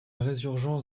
résurgence